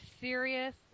serious